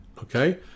Okay